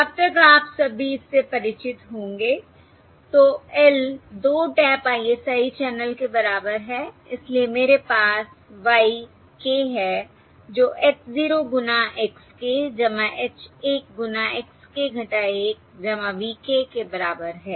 अब तक आप सभी इससे परिचित होंगे तो L 2 टैप ISI चैनल के बराबर है इसलिए मेरे पास y k है जो h 0 गुना x k h 1 गुना x k 1 v k के बराबर है